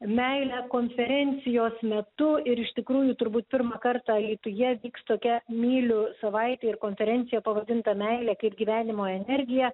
meilę konferencijos metu ir iš tikrųjų turbūt pirmą kartą alytuje vyks tokia myliu savaitė ir konferencija pavadinta meilė kaip gyvenimo energija